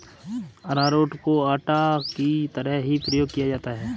अरारोट को आटा की तरह भी प्रयोग किया जाता है